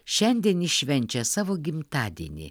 šiandien jis švenčia savo gimtadienį